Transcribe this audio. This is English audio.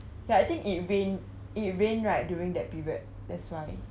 ya I think it rain it rain right during that period that's why